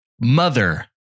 Mother